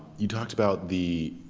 you talked about the.